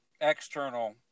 external